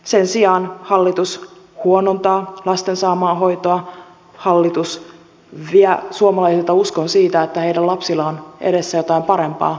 sen sijaan hallitus huonontaa lasten saamaa hoitoa hallitus vie suomalaisilta uskon siihen että heidän lapsillaan on edessä jotain parempaa